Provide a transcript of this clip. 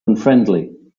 unfriendly